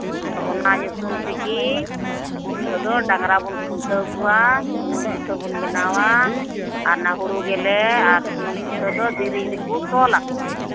ᱚᱱᱟ ᱧᱩᱛᱩᱢ ᱛᱮᱜᱮ ᱩᱱ ᱦᱤᱞᱚᱜ ᱫᱚ ᱰᱟᱝᱨᱟᱵᱚᱱ ᱠᱷᱩᱱᱴᱟᱹᱣ ᱠᱚᱣᱟ ᱥᱩᱱᱩᱢ ᱯᱤᱴᱷᱟᱹ ᱵᱚᱱ ᱵᱮᱱᱟᱣᱟ ᱟᱨ ᱚᱱᱟ ᱦᱩᱲᱩ ᱜᱮᱞᱮ ᱥᱩᱱᱩᱢ ᱯᱤᱴᱷᱟᱹ ᱫᱚ ᱫᱮᱨᱮᱧ ᱨᱮᱠᱚ ᱛᱚᱞ ᱟᱠᱚᱣᱟ